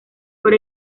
por